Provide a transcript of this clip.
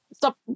stop